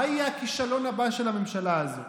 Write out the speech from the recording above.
מה יהיה הכישלון הבא של הממשלה הזו?